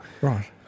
Right